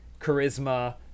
charisma